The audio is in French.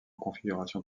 configuration